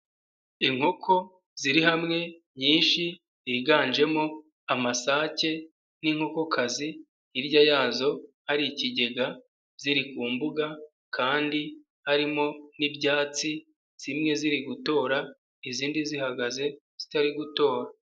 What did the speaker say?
Inkoko ziri hamwe nyinshi higanjemo amasake n'inkokokazi, hirya yazo hari ikigega ziri ku mbuga kandi harimo n'ibyatsi zimwe ziri gutora, izindi zihagaze zitari gutora.